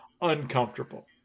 uncomfortable